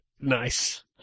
Nice